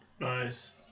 Nice